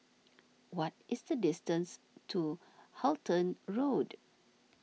what is the distance to Halton Road